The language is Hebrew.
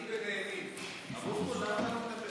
אנחנו עם תשעה בעד, אין מתנגדים, נמנע אחד.